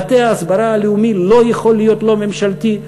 מטה ההסברה הלאומי לא יכול להיות לא ממשלתי.